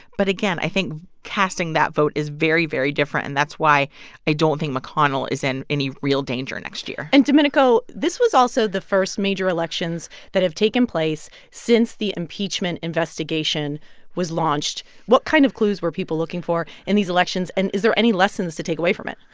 but again, i think casting that vote is very, very different. and that's why i don't think mcconnell is in any real danger next year and, domenico, this was also the first major elections that have taken place since the impeachment investigation was launched. what kind of clues were people looking for in these elections? and is there any lessons to take away from it?